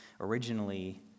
originally